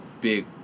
big